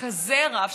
כזה רב,